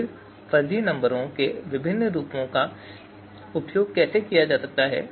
फिर फजी नंबरों के विभिन्न रूपों का उपयोग कैसे किया जा सकता है